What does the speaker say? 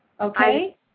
Okay